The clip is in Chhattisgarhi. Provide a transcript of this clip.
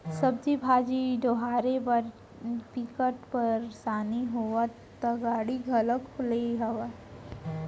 सब्जी भाजी डोहारे बर बिकट परसानी होवय त गाड़ी घलोक लेए हव